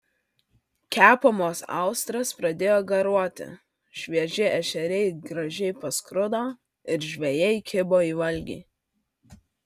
kepamos austrės pradėjo garuoti švieži ešeriai gražiai paskrudo ir žvejai kibo į valgį